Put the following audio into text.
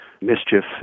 mischief